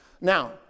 Now